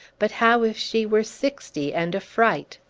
but how if she were sixty, and a fright?